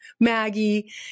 Maggie